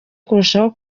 kurushaho